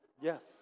Yes